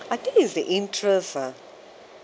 I think it's the interest ah